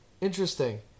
Interesting